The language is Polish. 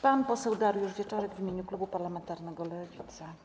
Pan poseł Dariusz Wieczorek w imieniu klubu parlamentarnego Lewica.